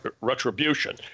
retribution